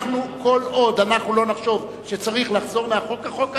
כל עוד לא נחשוב שצריך לחזור מהחוק, החוק קיים.